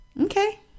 Okay